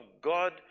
God